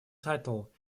title